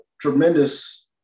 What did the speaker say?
tremendous